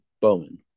Bowman